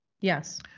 Yes